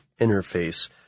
interface